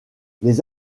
les